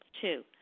Two